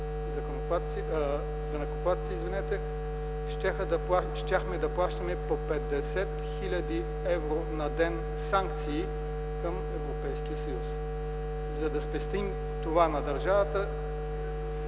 данъкоплатци, щяхме да плащаме по 50 хил. евро на ден санкции към Европейския съюз. За да спестим това на държавата,